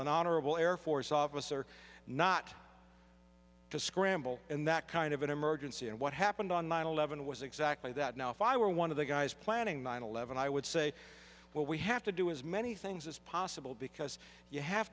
an honorable air force officer not to scramble in that kind of an emergency and what happened on nine eleven was exactly that now if i were one of the guys planning nine eleven i would say well we have to do as many things as possible because you have